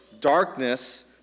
darkness